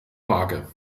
vage